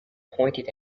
pointed